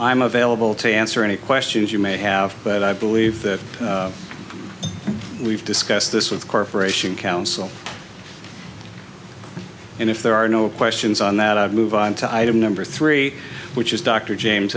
am available to answer any questions you may have but i believe that we've discussed this with the corporation counsel and if there are no questions on that i move on to item number three which is dr james